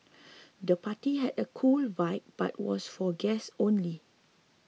the party had a cool vibe but was for guests only